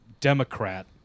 Democrat